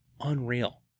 Unreal